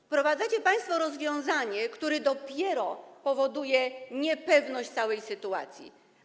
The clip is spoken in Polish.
Wprowadzacie państwo rozwiązanie, które dopiero powoduje niepewność całej sytuacji.